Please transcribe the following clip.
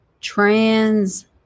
Trans